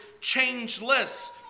changeless